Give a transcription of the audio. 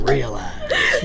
Realize